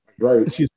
Right